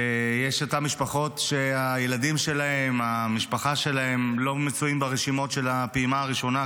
ויש משפחות שהילדים שלהן לא מצויים ברשימות של הפעימה הראשונה,